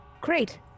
Great